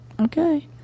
Okay